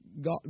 God